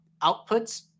outputs